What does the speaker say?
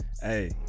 hey